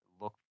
look